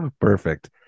perfect